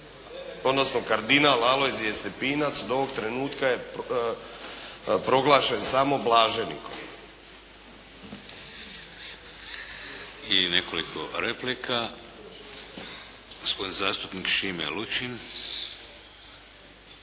odnosno kardinal Alojzije Stepinac do ovog trenutka je proglašen samo blaženikom. **Šeks, Vladimir (HDZ)** I nekoliko replika. Gospodin zastupnik Šime Lučin.